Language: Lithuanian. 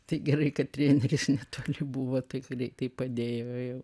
tai gerai kad treneris netoli buvo tai greitai padėjo jau